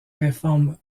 réforme